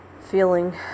feeling